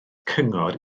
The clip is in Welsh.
cyngor